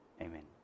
Amen